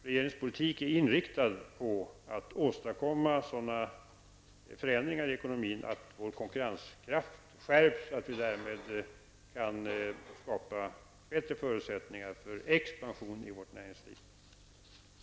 Regeringens politik är inriktad på att åstadkomma sådana förändringar i ekonomin att vår konkurrenskraft skärps och att vi därmed kan skapa bättre förutsättningar för expansion i vårt näringsliv.